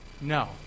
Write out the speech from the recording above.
no